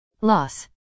Loss